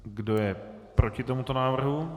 Kdo je proti tomuto návrhu?